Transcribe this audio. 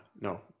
no